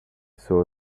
saw